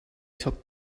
took